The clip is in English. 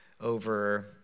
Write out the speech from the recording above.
over